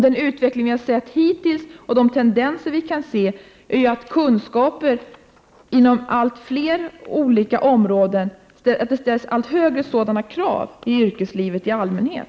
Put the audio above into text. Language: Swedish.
Den utveckling vi har sett hittills och de tendenser vi kan se är att det i yrkeslivet i allmänhet ställs allt högre krav på kunskaper inom allt fler olika områden.